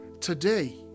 Today